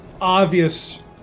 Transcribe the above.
obvious